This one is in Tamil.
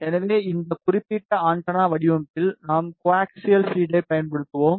எனவே இந்த குறிப்பிட்ட ஆண்டெனா வடிவமைப்பில் நாம் கோஆக்சியல் ஃபீடை பயன்படுத்துவோம்